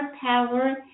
power